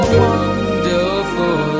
wonderful